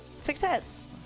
Success